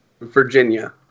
Virginia